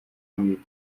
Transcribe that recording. amigo